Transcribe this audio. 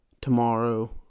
tomorrow